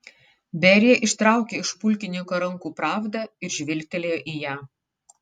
berija ištraukė iš pulkininko rankų pravdą ir žvilgtelėjo į ją